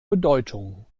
bedeutung